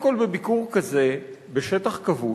קודם כול, בביקור כזה בשטח כבוש.